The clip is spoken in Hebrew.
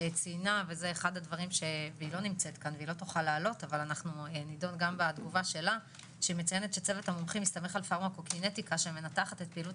ציינה שצוות המומחים הסתמך על פארמה קוקינטיקה שמנתחת את יעילות